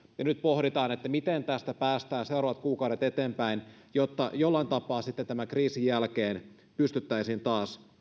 nyt pohditaan miten tästä päästään seuraavat kuukaudet eteenpäin jotta jollain tapaa sitten tämän kriisin jälkeen pystyttäisiin taas